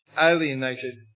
alienated